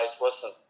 listen